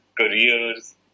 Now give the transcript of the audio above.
careers